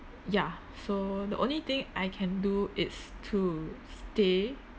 ya so the only thing I can do it's to stay